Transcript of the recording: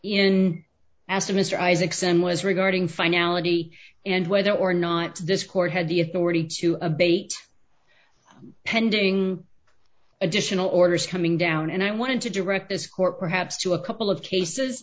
was regarding finality and whether or not this court had the authority to abate pending additional orders coming down and i wanted to direct this court perhaps to a couple of cases